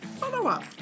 Follow-up